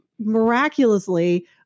miraculously